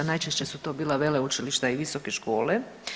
Najčešće su to bila veleučilišta i visoke škole.